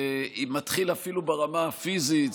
זה מתחיל אפילו ברמה הפיזית,